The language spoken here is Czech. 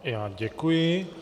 Já děkuji.